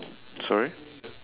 sorry